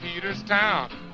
Peterstown